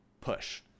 push